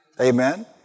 Amen